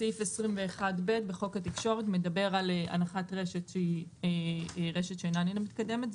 סעיף 21ב בחוק התקשורת מדבר על הנחת רשת שהיא רשת שאיננה מתקדמת.